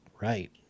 right